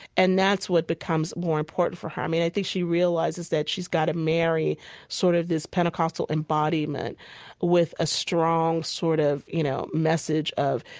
and that's what becomes more important for her i mean, i think she realizes that she's got to marry sort of this pentecostal embodiment with a strong sort of, you know, message of,